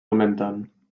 augmentant